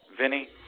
Vinny